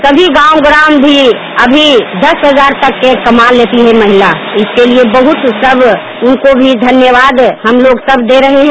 सभी गांव ग्राम भी अभी दस हजार तक एक कमा लेती है महिला इसके लिए बहत सब उनको भी धन्यवाद हम लोग सब दे रहे हैं